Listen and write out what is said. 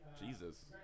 jesus